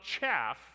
chaff